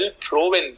proven